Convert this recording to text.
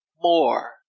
more